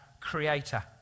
creator